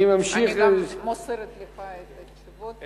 אני גם מוסרת לך את התשובות.